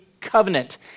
covenant